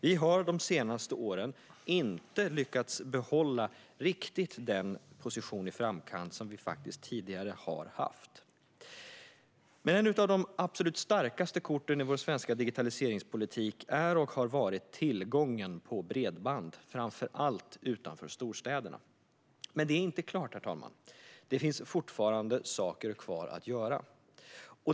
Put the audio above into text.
Vi har under de senaste åren inte lyckats att behålla riktigt den position i framkant som vi tidigare har haft. Ett av de absolut starkaste korten i vår svenska digitaliseringspolitik är och har varit tillgången på bredband, framför allt utanför storstäderna. Men det är inte klart, herr talman. Det finns fortfarande saker kvar att göra.